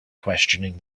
questioning